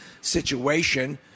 situation